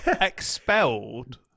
expelled